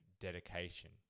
dedication